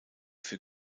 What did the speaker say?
für